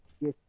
Yes